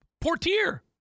Portier